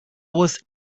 was